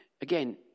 Again